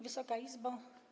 Wysoka Izbo!